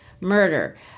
murder